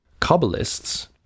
Kabbalists